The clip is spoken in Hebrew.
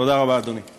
תודה רבה, אדוני.